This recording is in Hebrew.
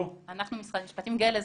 ממשרד המשפטים, נתייחס.